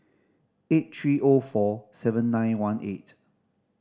eight three O four seven nine one eight